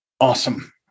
awesome